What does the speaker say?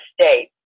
state